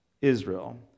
Israel